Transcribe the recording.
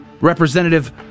Representative